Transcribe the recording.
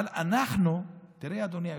אבל אנחנו, תראה, אדוני היושב-ראש,